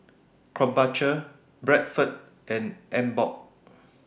Krombacher Bradford and Emborg